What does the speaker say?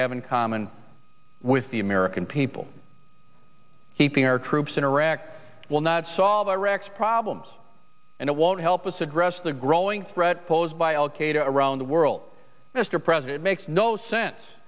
have in common with the american people keeping our troops in iraq will not solve iraq's problems and it won't help us address the growing threat posed by al qaeda around the world mr president makes no sense